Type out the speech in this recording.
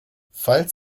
falls